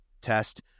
test